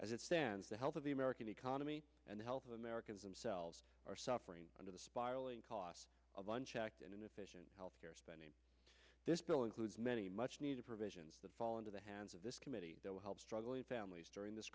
as it stands the health of the american economy and health of americans themselves are suffering under the spiraling costs of unchecked and inefficient healthcare spending this bill includes many much needed provisions that fall into the hands of this committee that will help struggling families during this